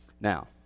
Now